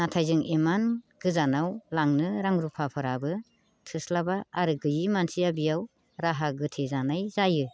नाथाय जों इमान गोजानाव लांनो रां रुफाफोराबो थोस्लाबा आरो गैयि मानसिया बेयाव राहा गोथे जानाय जायो